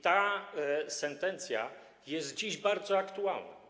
Ta sentencja jest dziś bardzo aktualna.